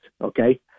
okay